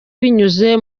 binyuze